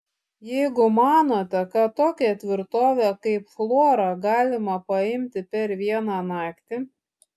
jeigu manote kad tokią tvirtovę kaip flora galima paimti per vieną naktį